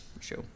Sure